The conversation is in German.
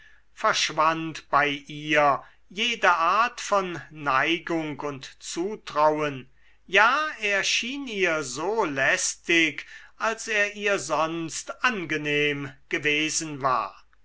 verschwand bei ihr jede art von neigung und zutrauen ja er schien ihr so lästig als er ihr sonst angenehm gewesen war